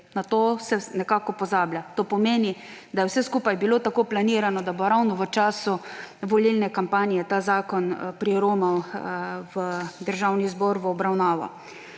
Na to se nekako pozablja. To pomeni, da je vse skupaj bilo tako planirano, da bo ravno v času volilne kampanje ta zakon priromal v Državni zbor v obravnavo.